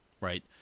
right